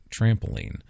trampoline